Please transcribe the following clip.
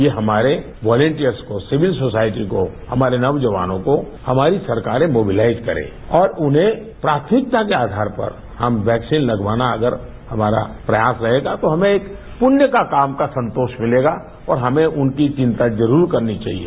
यह हमारे वॉलेंटियर्स को सिविल सोसायटी को हमारे नौजवानों को हमारी सरकारें मोबिलाईज करे और उन्हें प्राथमिकता के आधार पर हम वैक्सीन लगवाना अगर हमारा प्रयास रहेगा तो हमें पुण्य का काम का संतोष मिलेगा और हमें उनकी चिंता जरूर करनी चाहिए